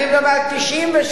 אני מדבר על 1997,